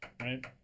right